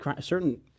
certain